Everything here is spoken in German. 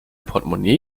portmonee